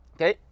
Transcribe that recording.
okay